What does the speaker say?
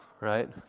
right